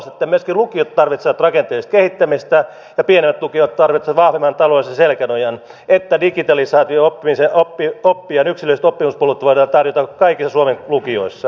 myöskin lukiot tarvitsevat rakenteellista kehittämistä ja pienemmät lukiot tarvitsevat vahvemman taloudellisen selkänojan että digitalisaatio ja oppijan yksilölliset oppimispolut voidaan tarjota kaikille suomen lukioissa